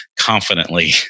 confidently